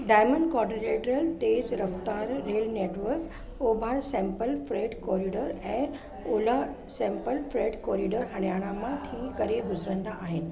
diamond quadrilateral तेज़ रफ़्तारु rail network ओभारि सेम्पल फ्रेट कोरिडोर ऐं ओलह सेम्पल फ्रेट कोरिडोर हरियाणा मां थी करे गुज़रंदा आहिनि